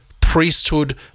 priesthood